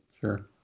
sure